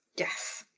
yes.